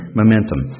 momentum